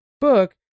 book